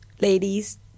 ladies